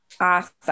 Awesome